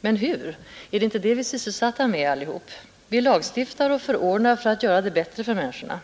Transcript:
Men hur? Är det inte det vi är sysselsatta med allihop? Vi lagstiftar och förordnar för att göra det bättre för människorna.